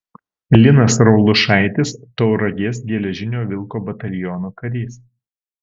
linas raulušaitis tauragės geležinio vilko bataliono karys